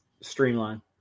streamline